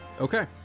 Okay